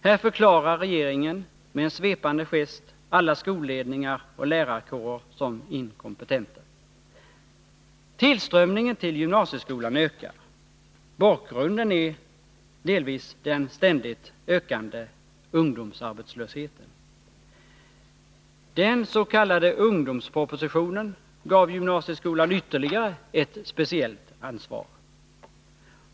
Här förklarar regeringen med en svepande gest alla skolledningar och lärarkårer som inkompetenta. Tillströmningen till gymnasieskolan ökar. Bakgrunden är delvis den ständigt ökande ungdomsarbetslösheten. Den s.k. ungdomspropositionen gav gymnasieskolan ytterligare ett speciellt ansvar.